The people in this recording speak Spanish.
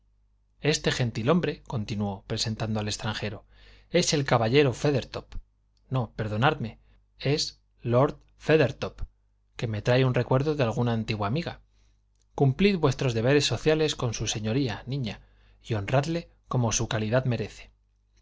este gentilhombre continuó presentando al extranjero es el caballero feathertop no perdonadme es lord feathertop que me trae un recuerdo de una antigua amiga cumplid vuestros deberes sociales con su señoría niña y honradle como su calidad merece